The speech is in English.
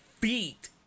feet